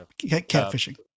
Catfishing